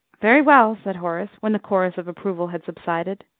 very well, said horace, when the chorus of approval had subsided.